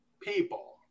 people